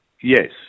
Yes